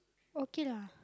okay lah